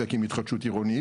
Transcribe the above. שמתעסק עם התחדשות עירונית,